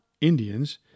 Indians